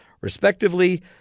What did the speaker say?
Respectively